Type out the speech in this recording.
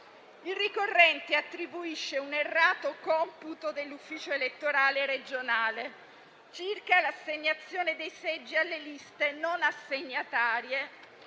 il ricorrente attribuisce un errato computo dell'ufficio elettorale regionale circa l'assegnazione dei seggi alle liste non assegnatarie